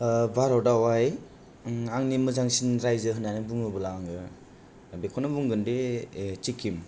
भारतआवहाय आंनि मोजांसिन रायजो होननानै बुङोब्ला आङो बेखौनो बुंगोनदि सिक्किम